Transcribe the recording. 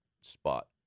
spot